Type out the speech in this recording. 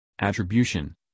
Attribution